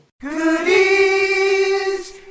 Goodies